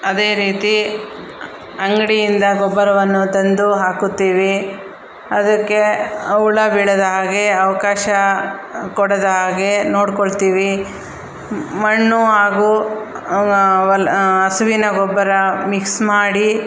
ಅದೇ ರೀತಿ ಅಂಗಡಿಯಿಂದ ಗೊಬ್ಬರವನ್ನು ತಂದು ಹಾಕುತ್ತೀವಿ ಅದಕ್ಕೆ ಹುಳ ಬೀಳದ ಹಾಗೆ ಅವಕಾಶ ಕೊಡದ ಹಾಗೆ ನೋಡ್ಕೊಳ್ತೀವಿ ಮಣ್ಣು ಹಾಗೂ ಹಸುವಿನ ಗೊಬ್ಬರ ಮಿಕ್ಸ್ ಮಾಡಿ